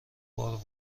بار